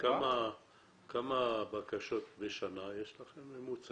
כמה בקשות בשנה יש לכם בממוצע?